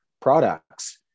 Products